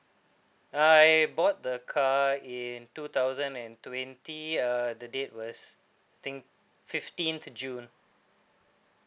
I bought the car in two thousand and twenty uh the date was think fifteenth june